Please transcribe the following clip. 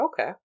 Okay